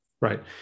Right